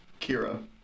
Kira